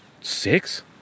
six